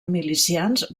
milicians